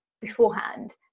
beforehand